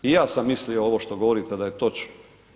I ja sam mislio ovo što govorite da je točno.